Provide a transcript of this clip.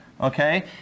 Okay